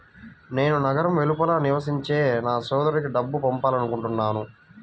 నేను నగరం వెలుపల నివసించే నా సోదరుడికి డబ్బు పంపాలనుకుంటున్నాను